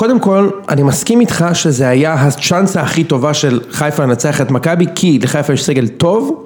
קודם כל, אני מסכים איתך שזו הייתה הצ'אנסה הכי טובה של חיפה לנצח את מכבי כי לחיפה יש סגל טוב